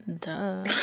duh